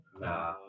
Nah